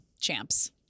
champs